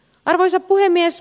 arvoisa puhemies